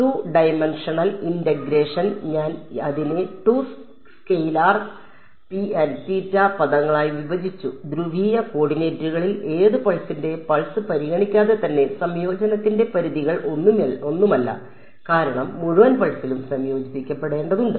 അതിനാൽ 2 dimensional integration ഞാൻ അതിനെ 2 സ്കെലാർ പദങ്ങളായി വിഭജിച്ചു ധ്രുവീയ കോർഡിനേറ്റുകളിൽ ഏത് പൾസിന്റെ പൾസ് പരിഗണിക്കാതെ തന്നെ സംയോജനത്തിന്റെ പരിധികൾ ഒന്നുമല്ല കാരണം മുഴുവൻ പൾസിലും സംയോജിപ്പിക്കേണ്ടതുണ്ട്